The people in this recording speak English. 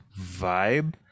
vibe